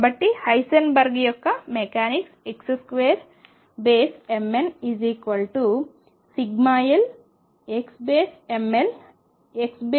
కాబట్టి హైసెన్బర్గ్ యొక్క mechanics xmn2lxmlxln